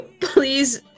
please